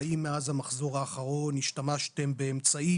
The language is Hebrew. האם מאז המחזור האחרון השתמשתם באמצעים,